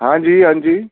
ہاں جی ہاں جی